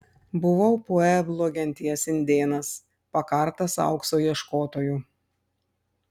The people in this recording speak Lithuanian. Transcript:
buvau pueblo genties indėnas pakartas aukso ieškotojų